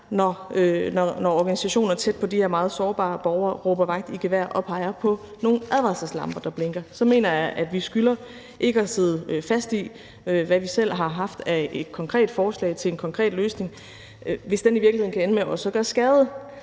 når organisationer tæt på de her meget sårbare borgere råber vagt i gevær og peger på nogle advarselslamper, der blinker. Så mener jeg, at vi skylder ikke at sidde fast i, hvad vi selv har haft som konkret forslag til en konkret løsning, hvis den i virkeligheden kan ende med også at gøre skade;